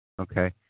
Okay